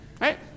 Right